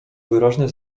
wyraźnie